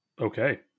Okay